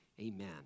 Amen